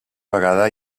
vegada